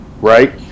right